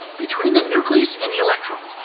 between the nucleus and the electrons,